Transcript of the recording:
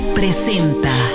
presenta